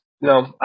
no